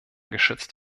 geschützt